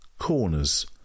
Corners